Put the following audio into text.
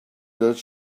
does